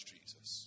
Jesus